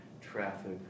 traffic